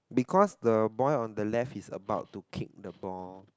because the boy on the left is about to kick the ball